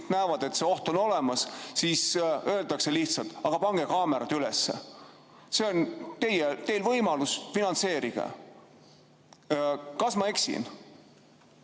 näevad, et kuskil see oht on olemas, siis öeldakse lihtsalt, et aga pange kaamerad üles, see on teie võimalus, finantseerige! Kas ma eksin?